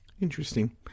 Interesting